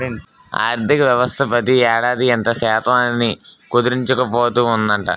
ఆర్థికవ్యవస్థ ప్రతి ఏడాది ఇంత శాతం అని కుదించుకుపోతూ ఉందట